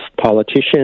politicians